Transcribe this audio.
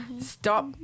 Stop